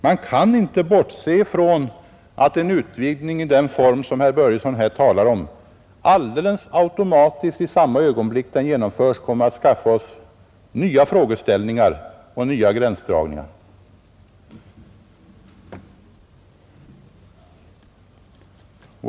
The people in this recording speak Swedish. Man kan inte bortse från att en utvidgning i den form som herr Börjesson i Falköping här talar om automatiskt i samma ögonblick den genomförs kommer att skapa nya frågeställningar och gränsdragningsproblem.